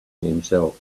himself